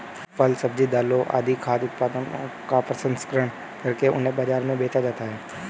फल, सब्जी, दालें आदि खाद्य उत्पादनों का प्रसंस्करण करके उन्हें बाजार में बेचा जाता है